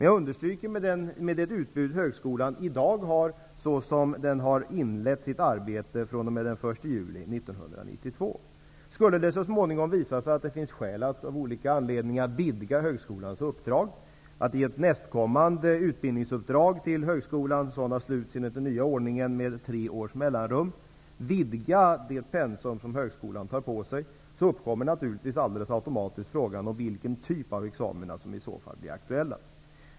Jag understryker dock att detta gäller med det utbud högskolan i dag har, såsom den har inlett sitt arbete fr.o.m. den 1 juli 1992. Det kan så småningom visa sig att det finns skäl att vidga högskolans uppdrag. Avtal om utbildningsuppdrag med högskolan sluts enligt den nya ordningen med tre års mellanrum. Om det i det nästkommande utbildningsuppdraget finns anledning att vidga det pensum som högskolan tar på sig, uppkommer naturligtvis automatiskt frågan om vilken typ av examina som blir aktuella.